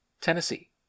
Tennessee